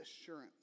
assurance